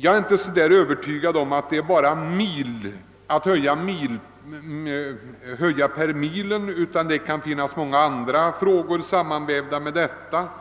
Jag är inte övertygad om att problemet kan lösas enbart genom en höjning av ersättningen per vagnsmil; många andra frågor kan vara sammanvävda med ersättningsfrågan.